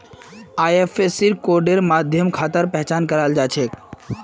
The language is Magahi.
आई.एफ.एस.सी कोडेर माध्यम खातार पहचान कराल जा छेक